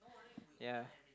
ya